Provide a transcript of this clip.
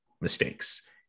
mistakes